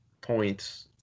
points